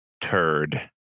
turd